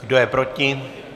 Kdo je proti?